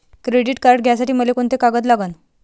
Credit card घ्यासाठी मले कोंते कागद लागन?